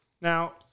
Now